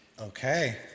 Okay